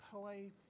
play